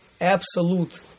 absolute